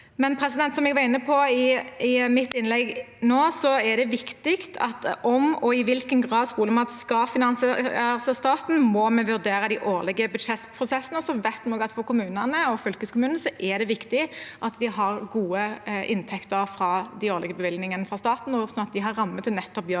Likevel, som jeg var inne på i mitt innlegg nå, er det viktig at om og i hvilken grad skolemat skal finansieres av staten, er noe vi må vurdere i de årlige budsjettprosessene. Vi vet også at for kommunene og fylkeskommunene er det viktig at de har gode inntekter fra de årlige bevilgningene fra staten, slik at de har rammer til nettopp å gjøre